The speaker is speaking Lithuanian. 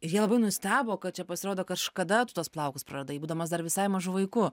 ir jie labai nustebo kad čia pasirodo kažkada tu tuos plaukus praradai būdamas dar visai mažu vaiku